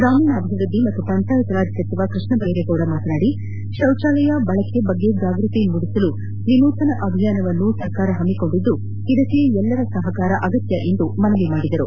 ಗೂಮೀಣಾಭಿವೃದ್ಧಿ ಮತ್ತು ಪಂಚಾಯತ್ ರಾಜ್ ಸಚಿವ ಕೃಷ್ಣ ಬೈರೇಗೌಡ ಮಾತನಾಡಿ ಶೌಚಾಲಯ ಬಳಕೆ ಬಗ್ಗೆ ಜಾಗೃತಿ ಮೂಡಿಸಲು ನೂತನ ಅಭಿಯಾನವನ್ನು ಸರ್ಕಾರ ಹಮ್ಮಿಕೊಂಡಿದ್ದು ಇದಕ್ಕೆ ಎಲ್ಲರ ಸಹಕಾರ ಅಗತ್ನ ಎಂದು ಮನವಿ ಮಾಡಿದರು